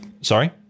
Sorry